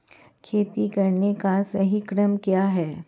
खेती करने का सही क्रम क्या है?